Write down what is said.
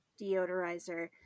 deodorizer